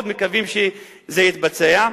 מאוד מקווים שזה יתבצע.